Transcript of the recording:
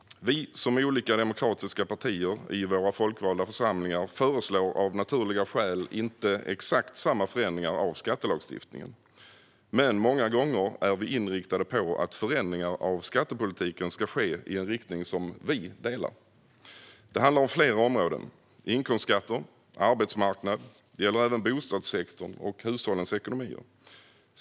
De olika demokratiska partierna i våra folkvalda församlingar föreslår av naturliga skäl inte exakt samma förändringar av skattelagstiftningen. Men många gånger är vi inriktade på att förändringar av skattepolitiken ska ske i en riktning som vi delar. Det handlar om flera områden, såsom inkomstskatter och arbetsmarknad. Det gäller även bostadssektorn och hushållens ekonomi.